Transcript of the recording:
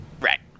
Right